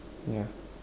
yeah